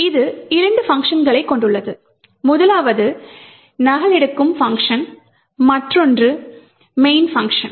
இது இரண்டு பங்க்ஷன்களைக் கொண்டுள்ளது முதலாவது நகலெடுக்கும் பங்க்ஷன் மற்றொன்று main பங்க்ஷன்